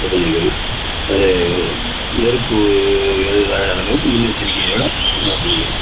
இது பண்ணிக்குவேன் அதை நெருப்பு எதுவும் இதாககிடாத அளவுக்கு முன்னெச்செரிக்கையோட இதை பண்ணிக்கணும்